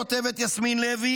כותבת יסמין לוי,